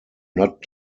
not